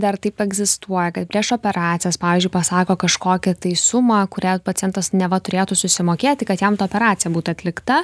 dar taip egzistuoja kad prieš operacijas pavyzdžiui pasako kažkokią tai sumą kurią pacientas neva turėtų susimokėti kad jam ta operacija būtų atlikta tikrai ir netgi arpai